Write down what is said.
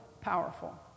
powerful